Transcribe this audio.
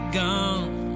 gone